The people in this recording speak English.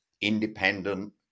independent